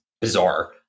bizarre